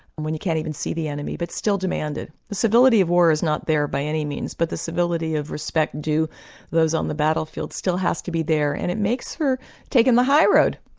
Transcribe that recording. when you can't even see the enemy, but still demanded. the civility of war is not there by any means but the civility of respect due those on the battlefield still have to be there, and it makes for taking the high road,